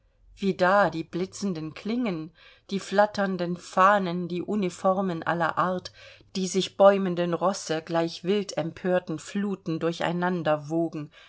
wie da die blitzenden klingen die flatternden fahnen die uniformen aller art die sich bäumenden rosse gleich wildempörten fluten durcheinander wogen